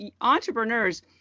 entrepreneurs